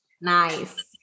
Nice